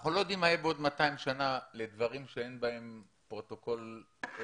אנחנו לא יודעים מה יהיה בעוד 200 שנה לדברים שאין בהם פרוטוקול דתי.